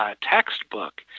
textbook